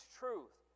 truth